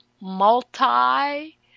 multi